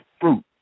fruit